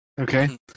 Okay